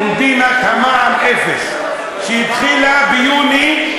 קומבינת המע"מ אפס, שהתחילה ביוני,